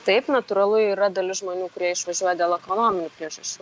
taip natūralu yra dalis žmonių kurie išvažiuoja dėl ekonominių priežasčių